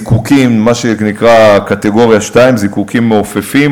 זיקוקים, מה שנקרא "קטגוריה 2", זיקוקים מעופפים.